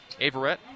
Averett